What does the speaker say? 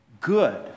good